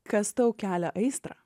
kas tau kelia aistrą